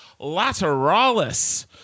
Lateralis